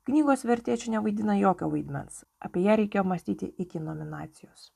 knygos vertė čia nevaidina jokio vaidmens apie ją reikėjo mąstyti iki nominacijos